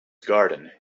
garden